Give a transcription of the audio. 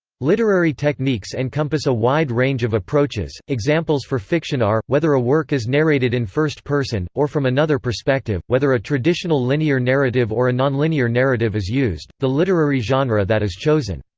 literary techniques encompass a wide range of approaches examples for fiction are, whether a work is narrated in first-person, or from another perspective whether a traditional linear narrative or a nonlinear narrative is used the literary genre that is chosen.